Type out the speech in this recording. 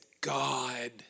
God